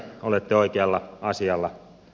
olette oikealla asialla